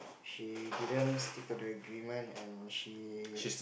she didn't stick to the agreement and she